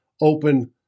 open